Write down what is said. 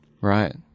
Right